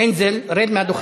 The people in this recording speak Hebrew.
אינזל, רד מהדוכן.